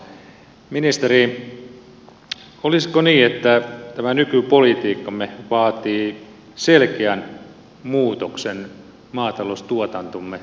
ministeri olisiko niin että tämä nykypolitiikkamme vaatii selkeän muutoksen maataloustuotantomme turvaamiseksi tulevaisuudessa